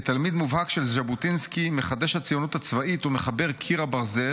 כתלמיד מובהק של ז'בוטינסקי מחדש הציונות הצבאית ומחבר 'קיר הברזל'